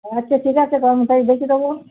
আচ্ছা ঠিক আছে কর্মচারী দেখে দেবো